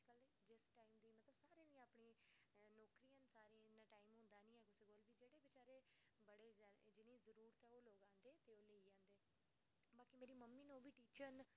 जे इस टाईम पर सारें दियां अपनियां नौकरियां न सारें दियां इन्ना टाईम होंदा निं ऐ कुसै गी जेह्ड़े बेचारे जि'नेंगी जरूरत ऐ ते ओह् लोक लांदे ते लेई जंदे ते बाकी मेरी मम्मी न ओह्बी टीचर न